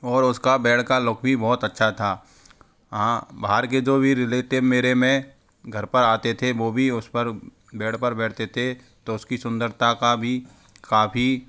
और उसका बेड का लुक भी बहुत अच्छा था हाँ बाहर के जो भी रिलेटिव मेरे में घर पर आते थे वो भी उस पर बेड पर बैठते थे तो उसकी सुंदरता का भी काफ़ी